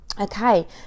okay